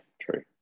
true